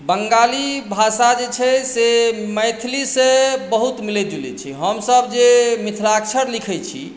बंगाली भाषा जे छै से मैथिलीसँ बहुत मिलैत जुलैत छै हमसभ जे मिथिलाक्षर लिखैत छी